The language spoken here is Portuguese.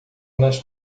nas